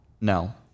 no